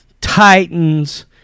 Titans